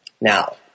Now